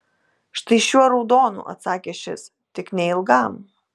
štai šiuo raudonu atsakė šis tik neilgam